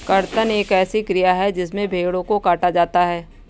कर्तन एक ऐसी क्रिया है जिसमें भेड़ों को काटा जाता है